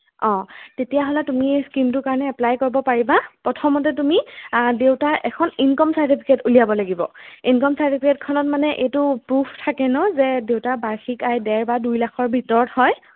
অঁ তেতিয়াহ'লে তুমি স্কীমটোৰ কাৰণে এপ্লাই কৰিব পাৰিবা প্ৰথমতে তুমি দেউতাৰ এখন ইনকম চাৰ্টিফিকেট উলিয়াব লাগিব ইনকম চাৰ্টিফিকেটখনত মানে এইটো প্ৰুফ থাকে ন যে দেউতাৰ বাৰ্ষিক আয় ডেৰ বা দুই লাখৰ ভিতৰত হয়